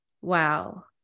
wow